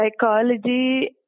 psychology